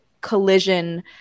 collision